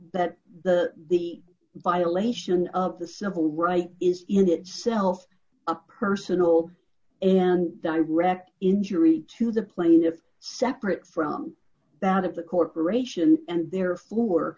that the the violation of the civil rights is in itself a personal and direct injury to the plaintiff separate from that of the corporation and therefore